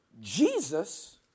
Jesus